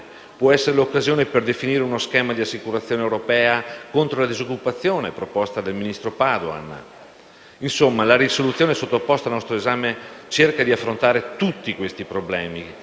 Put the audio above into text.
Può essere l'occasione per definire uno schema di assicurazione europea contro la disoccupazione, proposto dal ministro Padoan. Insomma, la risoluzione sottoposta al nostro esame cerca di affrontare tutti questi problemi,